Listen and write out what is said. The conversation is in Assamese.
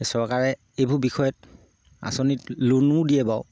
চৰকাৰে এইবোৰ বিষয়ত আঁচনিত লোনণো দিয়ে বাৰু